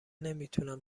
نمیتونم